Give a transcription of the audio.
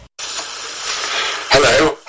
hello